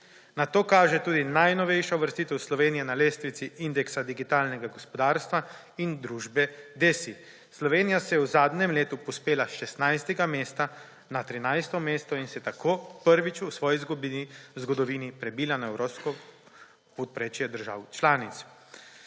Na to kaže tudi najnovejša uvrstitev Slovenije na lestvici indeksa digitalnega gospodarstva in družbe DESI. Slovenija se je v zadnjem letu povzpela iz 16 mesta na 13 mesto in se tako prvi v svoji zgodovini prebila na evropsko povprečje držav članic.